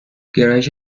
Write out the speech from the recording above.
گرایش